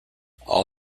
all